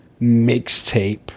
mixtape